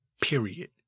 period